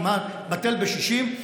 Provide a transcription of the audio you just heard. כמעט בטל בשישים,